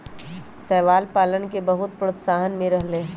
शैवाल पालन के बहुत प्रोत्साहन मिल रहले है